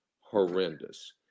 horrendous